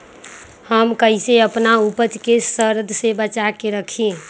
हम कईसे अपना उपज के सरद से बचा के रखी?